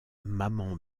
maman